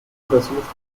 versucht